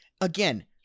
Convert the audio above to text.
again